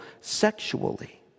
sexually